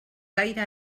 gaire